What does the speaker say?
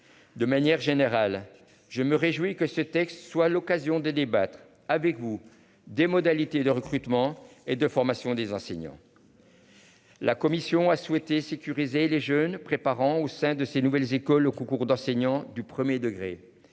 De manière générale, je me réjouis que ce texte soit l'occasion de débattre avec vous des modalités de recrutement et de formation des enseignants. La commission a souhaité sécuriser les jeunes préparant au sein de ses nouvelles écoles au concours d'enseignants du 1er degré